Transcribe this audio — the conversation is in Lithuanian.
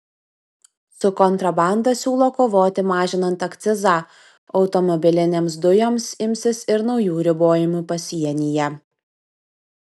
su kontrabanda siūlo kovoti mažinant akcizą automobilinėms dujoms imsis ir naujų ribojimų pasienyje